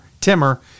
Timmer